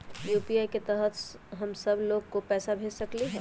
UPI के तहद हम सब लोग को पैसा भेज सकली ह?